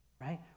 right